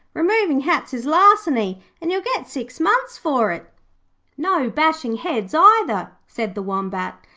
removing hats is larceny, and you'll get six months for it no bashing heads, either said the wombat.